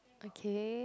okay